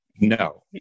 No